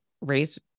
raise